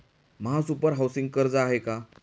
महासुपर हाउसिंग कर्ज आहे का?